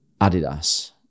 Adidas